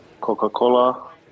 Coca-Cola